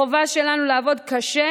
החובה שלנו היא לעבוד קשה